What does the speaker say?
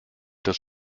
des